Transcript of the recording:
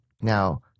Now